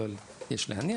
אבל יש להניח.